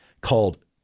called